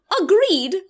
agreed